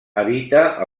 habita